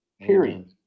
Period